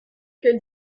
quelle